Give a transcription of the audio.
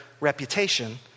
reputation